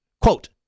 Quote